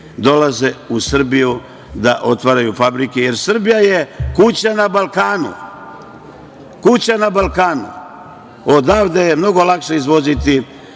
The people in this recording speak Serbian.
dolaze u Srbiju da otvaraju fabrike, jer Srbija je kuća na Balkanu. Odavde je mnogo lakše izvoziti